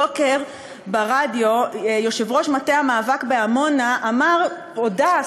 הבוקר ברדיו יושב-ראש מטה המאבק בעמונה הודה,